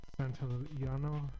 Santillano